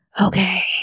okay